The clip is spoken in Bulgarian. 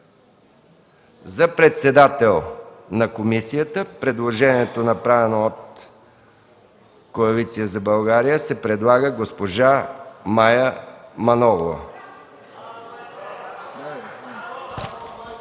За председател на комисията предложението, направено от Коалиция за България, е за госпожа Мая Манолова.